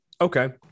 okay